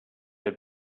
had